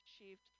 achieved